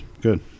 Good